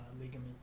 ligament